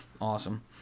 Awesome